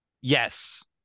Yes